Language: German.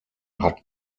hat